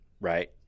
Right